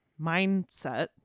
mindset